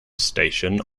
station